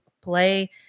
play